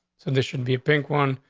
and this should be a pink one.